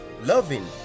loving